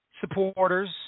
supporters